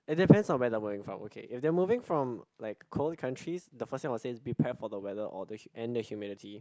it's depend on where they're moving from okay if they moving from like cold countries the first thing I'll say be prepared for the weather or the hu~ and the humidity